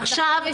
עכשיו,